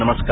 नमस्कार